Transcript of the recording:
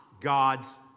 God's